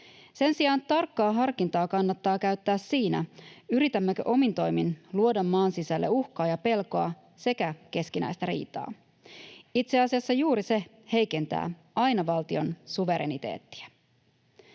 Sen sijaan tarkkaa harkintaa kannattaa käyttää siinä, yritämmekö omin toimin luoda maan sisälle uhkaa ja pelkoa sekä keskinäistä riitaa. Itse asiassa juuri se heikentää aina valtion suvereniteettia.